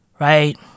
Right